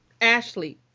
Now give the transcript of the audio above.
Ashley